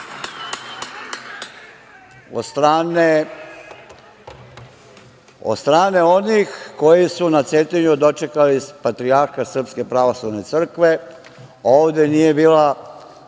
od strane onih koji su na Cetinju dočekali patrijarha Srpske pravoslavne crkve. Ovde za